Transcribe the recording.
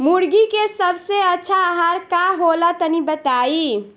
मुर्गी के सबसे अच्छा आहार का होला तनी बताई?